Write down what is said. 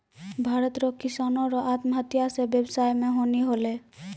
भारत रो किसानो रो आत्महत्या से वेवसाय मे हानी होलै